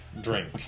drink